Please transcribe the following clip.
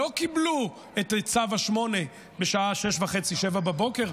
חלקם לא קיבלו צו 8 בשעה 06:30 07:00,